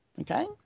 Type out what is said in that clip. okay